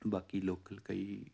ਬਾਕੀ ਲੋਕਲ ਕਈ